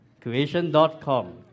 creation.com